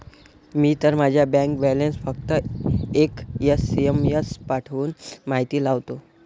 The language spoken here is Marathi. मी तर माझा बँक बॅलन्स फक्त एक एस.एम.एस पाठवून माहिती लावतो